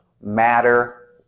matter